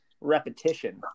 repetition